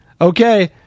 okay